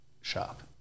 shop